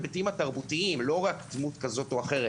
ההיבטים התרבותיים ולא רק דמות כזאת או אחרת